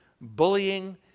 bullying